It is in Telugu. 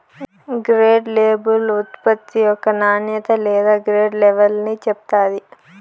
గ్రేడ్ లేబుల్ ఉత్పత్తి యొక్క నాణ్యత లేదా గ్రేడ్ లెవల్ని చెప్తాది